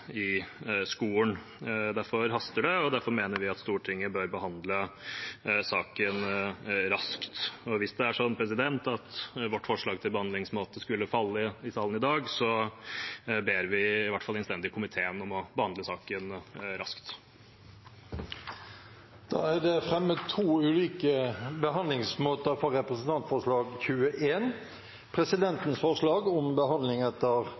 i skolen. Derfor haster det, og derfor mener vi at Stortinget bør behandle saken raskt. Hvis det er sånn at vårt forslag til behandlingsmåte skulle falle i salen i dag, ber vi i hvert fall komiteen innstendig om å behandle saken raskt. Da er det fremmet to ulike forslag til behandlingsmåte for Representantforslag 21 S for 2021–2022: presidentens forslag om behandling etter